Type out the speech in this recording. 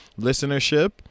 listenership